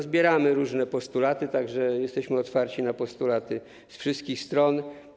Zbieramy różne postulaty, tak że jesteśmy otwarci na postulaty z wszystkich stron.